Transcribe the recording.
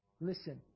listen